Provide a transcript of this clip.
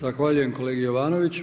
Zahvaljujem kolegi Jovanoviću.